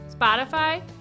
Spotify